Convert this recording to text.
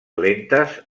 lentes